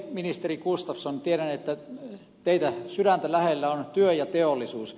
ministeri gustafsson tiedän että teidän sydämenne lähellä on työ ja teollisuus